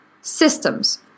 systems